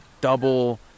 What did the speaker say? double